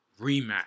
Rematch